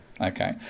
Okay